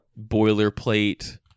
boilerplate